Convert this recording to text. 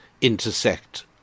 intersect